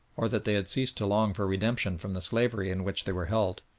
or that they had ceased to long for redemption from the slavery in which they were held.